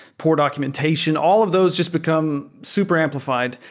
poor documentation, all of those just become super amplifi ed,